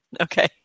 Okay